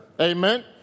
Amen